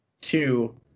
two